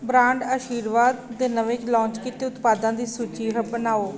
brand Aashirvaad ਦੇ ਨਵੇਂ launch ਕੀਤੇ ਉਤਪਾਦਾਂ ਦੀ ਸੂਚੀ ਬਣਾਓ